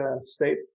state